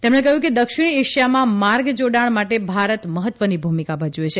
તેમણે કહ્યું કે દક્ષિણ ઐશિયામાં માર્ગ જોડાણ માટે ભારત મહત્વની ભૂમિકા ભજવે છે